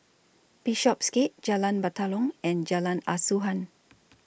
Bishopsgate Jalan Batalong and Jalan Asuhan